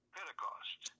Pentecost